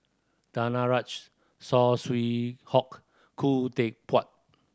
Danaraj Saw Swee Hock Khoo Teck Puat